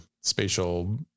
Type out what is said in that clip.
spatial